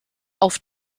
auf